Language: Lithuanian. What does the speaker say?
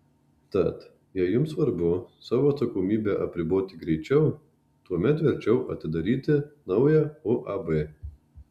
tad jei jums svarbu savo atsakomybę apriboti greičiau tuomet verčiau atidaryti naują uab